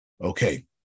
Okay